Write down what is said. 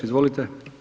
Izvolite.